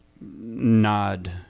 nod